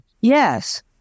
yes